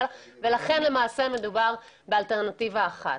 ולכן מדובר למעשה רק באלטרנטיבה אחת.